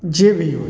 जे भी होथि